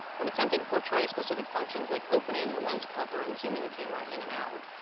when attempting to portray specific functions like opening the lens cover and zooming the camera in and out,